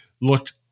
looked